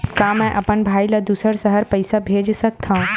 का मैं अपन भाई ल दुसर शहर पईसा भेज सकथव?